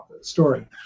story